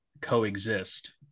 coexist